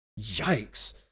Yikes